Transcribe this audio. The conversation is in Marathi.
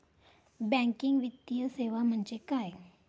बँकिंग वित्तीय सेवा म्हणजे काय?